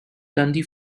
dundee